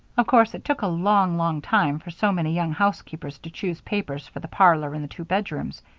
of course it took a long, long time for so many young housekeepers to choose papers for the parlor and the two bedrooms,